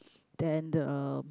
then the